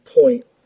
point